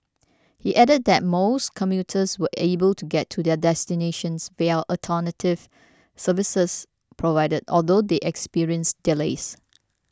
he added that most commuters were able to get to their destinations via alternative services provided although they experienced delays